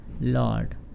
Lord